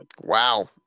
Wow